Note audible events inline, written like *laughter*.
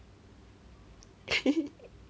*laughs*